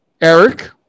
Eric